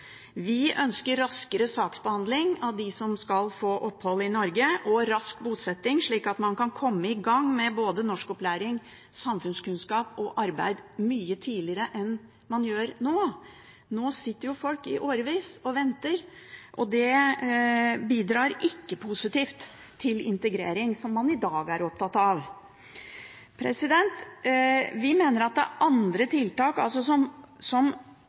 Vi ønsker raskere saksbehandling for å avgjøre hvem som skal få opphold i Norge, og rask bosetting, slik at man kan komme i gang med både norskopplæring, opplæring i samfunnskunnskap og arbeid mye tidligere enn man gjør nå. Nå sitter jo folk i årevis og venter, og det bidrar ikke positivt til integrering, som man i dag er opptatt av. Vi mener at det er andre tiltak som